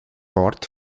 bord